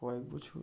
কয়েক বছর